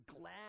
Glad